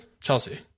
Chelsea